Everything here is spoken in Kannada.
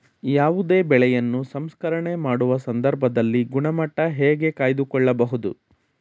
ಯಾವುದೇ ಬೆಳೆಯನ್ನು ಸಂಸ್ಕರಣೆ ಮಾಡುವ ಸಂದರ್ಭದಲ್ಲಿ ಗುಣಮಟ್ಟ ಹೇಗೆ ಕಾಯ್ದು ಕೊಳ್ಳಬಹುದು?